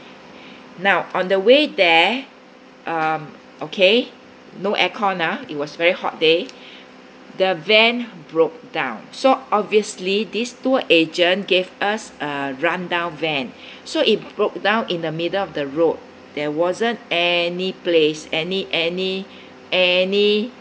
now on the way there um okay no air-con ah it was very hot day the van broke down so obviously this tour agent gave us a rundown van so it broke down in the middle of the road there wasn't any place any any any